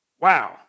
Wow